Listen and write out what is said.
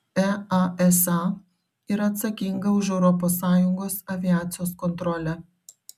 easa yra atsakinga už europos sąjungos aviacijos kontrolę